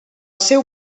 seu